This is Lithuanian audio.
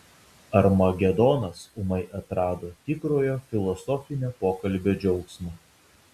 armagedonas ūmai atrado tikrojo filosofinio pokalbio džiaugsmą